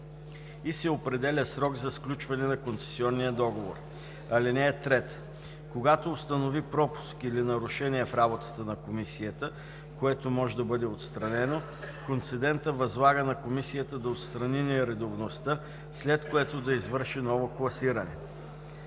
и се определя срок за сключване на концесионния договор. (3) Когато установи пропуск или нарушение в работата на комисията, което може да бъде отстранено, концедентът възлага на комисията да отстрани нередовността, след което да извърши ново класиране.“